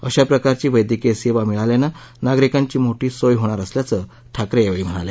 अशा प्रकारची वैद्यकीय सेवा मिळाल्यानं नागरिकांची मोठी सोय होणार असल्याचं ठाकरे यावेळी म्हणाले